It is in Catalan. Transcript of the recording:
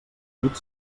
nit